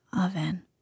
oven